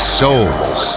souls